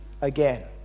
again